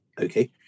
okay